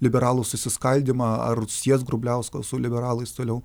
liberalų susiskaldymą ar sies grubliauską su liberalais toliau